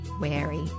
wary